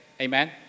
amen